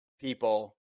people